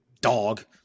dog